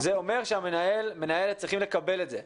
זה אומר שהמנהל/ת צריכים לקבל את זה,